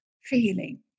feeling